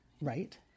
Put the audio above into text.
right